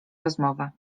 rozmowę